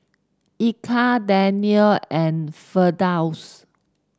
Eka Daniel and Firdaus